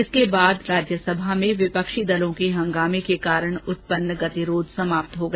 इसके बाद राज्यसभा में विपक्षी दलों के हंगामे के कारण उत्पन्न गतिरोध समाप्त हो गया